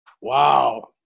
Wow